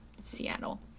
Seattle